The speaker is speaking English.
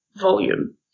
volume